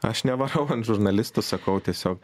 aš nevarau ant žurnalistų sakau tiesiog